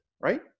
right